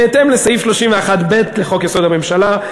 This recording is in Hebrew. בהתאם לסעיף 31(ב) לחוק-יסוד: הממשלה,